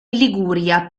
liguria